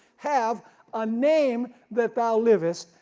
have a name that thou livest,